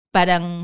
Parang